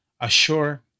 Assure